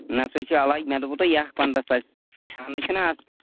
نہَ سُہ چھُ الگ مےٚ دوٚپوٕ تۄہہِ یہِ یتھ پَنٛداہ ساس چھاننے چھِنا آسان